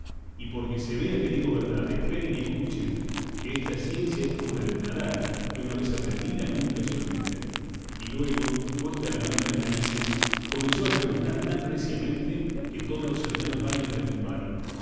y porque se vea que digo verdad esperen y escuchen que esta ciencia es como la del nadar que una vez aprendida nunca se olvida y luego puesta la mano en las narices comenzó a rebuznar tan reciamente que todos los cercanos valles retumbaron